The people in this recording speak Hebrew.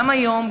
גם היום,